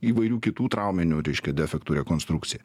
įvairių kitų trauminių reiškia defektų rekonstrukcija